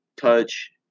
touch